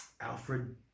alfred